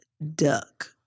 duck